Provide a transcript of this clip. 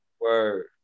Word